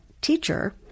teacher